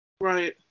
Right